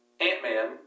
Ant-Man